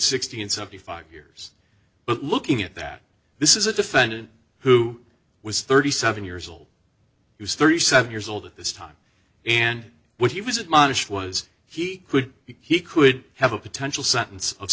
sixty and seventy five years but looking at that this is a defendant who was thirty seven years old he was thirty seven years old at this time and what he was admonished was he could he could have a potential sentence of